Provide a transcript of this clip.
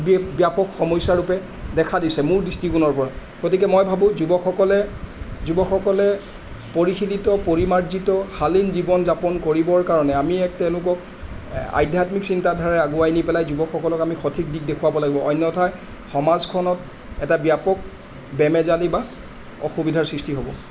ব্যাপক সমস্যাৰূপে দেখা দিছে মোৰ দৃষ্টিকোণৰপৰা গতিকে মই ভাবোঁ যুৱকসকলে যুৱকসকলে পৰিশীলিত পৰিমাৰ্জিত শালীন জীৱন যাপন কৰিবৰ কাৰণে আমি এক তেওঁলোকক আধ্যাত্মিক চিন্তাধাৰাৰে আগুৱাই নি পেলাই যুৱকসকলক আমি সঠিক দিশ দেখুৱাব লাগিব অন্যথা সমাজখনত এটা ব্যাপক বেমেজালি বা অসুবিধাৰ সৃষ্টি হ'ব